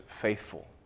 faithful